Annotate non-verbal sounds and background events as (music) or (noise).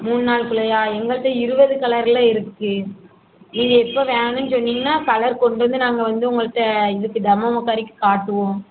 மூண் நாள்குள்ளையா எங்கள்கிட்ட இருபது கலரில் இருக்கு நீங்கள் எப்போ வேணும் சொன்னிங்கன்னா கலர் கொண்டு வந்து நாங்கள் வந்து உங்கள்கிட்ட இதுக்கு டெமோ (unintelligible) காட்டுவோம்